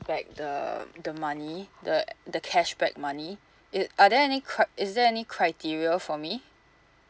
back the the money the the cashback money it are there any cri~ is there any criteria for me